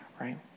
right